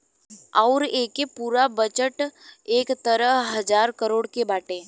अउर एके पूरा बजट एकहतर हज़ार करोड़ के बाटे